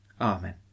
Amen